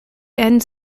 ends